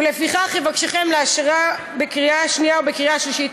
ולפיכך אבקשכם לאשרה בקריאה השנייה ובקריאה השלישית.